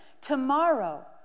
tomorrow